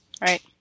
right